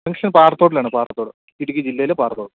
function പാറത്തോട്ടിലാണ് പാറത്തോട് ഇടുക്കി ജില്ലയിൽ പാറത്തോട്